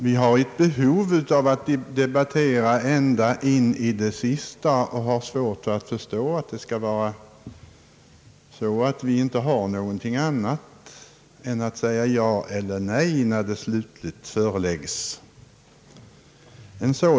Vi har ett behov av att debattera in i det sista och har svårt att förstå att vi inte har något annat att säga än ja eller nej, när förslaget slutligt föreläggs.